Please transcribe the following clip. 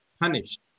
punished